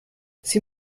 sie